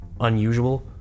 unusual